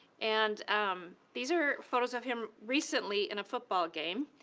and um these are photos of him recently in a football game,